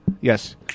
Yes